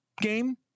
game